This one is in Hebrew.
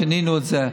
שינינו את זה.